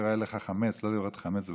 "לא יראה לך חמץ" לא לראות חמץ בפסח,